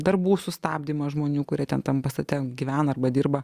darbų sustabdymą žmonių kurie ten tam pastate gyvena arba dirba